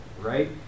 right